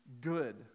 good